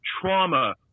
trauma